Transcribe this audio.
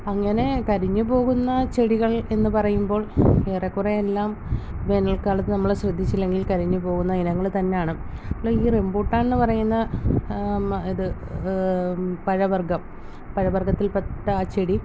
അങ്ങനെ കരിഞ്ഞുപോകുന്ന ചെടികൾ എന്ന് പറയുമ്പോൾ ഏറെക്കുറേ എല്ലാം വേനൽക്കാലത്ത് നമ്മൾ ശ്രദ്ധിച്ചില്ലെങ്കിൽ കരിഞ്ഞു പോകുന്ന ഇനങ്ങൾ തന്നെയാണ് ഈ റംബുട്ടാൻ എന്ന് പറയുന്ന ഇത് പഴവർഗ്ഗം പഴ വർഗത്തിൽപ്പെട്ട ആ ചെടി